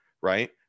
right